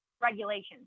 regulations